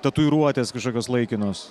tatuiruotės kažkokios laikinos